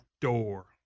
door